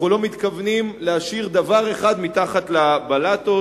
אנחנו לא מתכוונים להשאיר דבר אחד מתחת לבלטות,